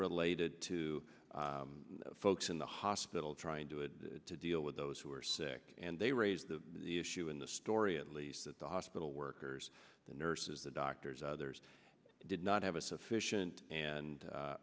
related to folks in the hospital trying to it to deal with those who are sick and they raised the issue in the story at least at the hospital workers the nurses the doctors others did not have a sufficient and